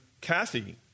Kathy